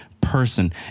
person